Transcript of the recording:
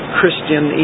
christian